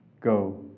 go